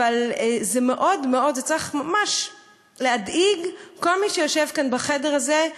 אבל זה צריך ממש להדאיג כל מי שיושב כאן בחדר הזה,